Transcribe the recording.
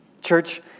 Church